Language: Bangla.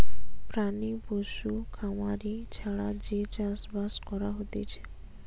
প্রাণী পশু খামারি ছাড়া যে চাষ বাস করা হতিছে